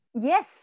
yes